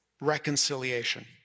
reconciliation